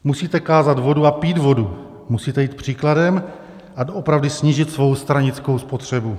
Musíte kázat vodu a pít vodu, musíte jít příkladem a doopravdy snížit svou stranickou spotřebu.